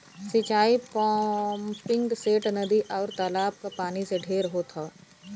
सिंचाई पम्पिंगसेट, नदी, आउर तालाब क पानी से ढेर होत हौ